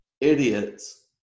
idiots